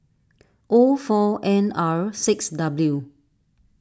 O four N R six W